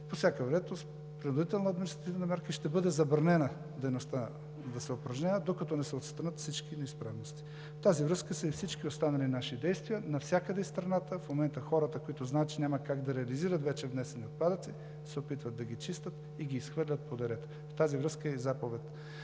по всяка вероятно принудителна административна мярка, ще бъде забранено да се упражнява дейността, докато не се отстранят всички неизправности. В тази връзка са и всички останали наши действия. Навсякъде из страната в момента хората, които знаят, че няма как да реализират вече внесени отпадъци, се опитват да ги чистят и ги изхвърлят по деретата. В тази връзка е заповед